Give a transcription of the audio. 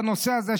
בנושא הזה,